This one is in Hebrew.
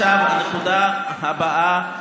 עכשיו הנקודה הבאה.